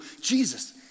Jesus